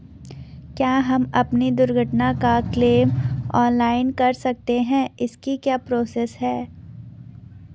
क्या हम अपनी दुर्घटना का क्लेम ऑनलाइन कर सकते हैं इसकी क्या प्रोसेस है?